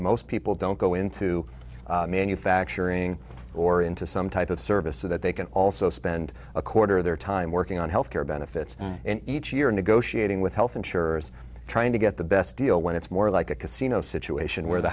most people don't go into manufacturing or into some type of service so that they can also spend a quarter of their time working on health care benefits and each year negotiating with health insurers trying to get the best deal when it's more like a casino situation where the